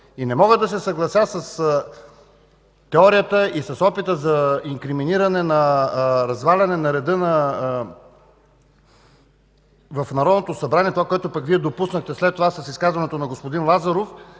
Не мога да се съглася с теорията и с опита за инкриминиране, разваляне на реда в Народното събрание – това, което Вие допуснахте след това с изказването на господин Лазаров